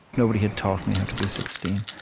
nobody had taught me how to be sixteen.